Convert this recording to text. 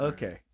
Okay